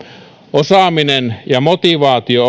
osaaminen ja motivaatio